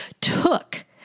took